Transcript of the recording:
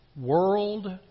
world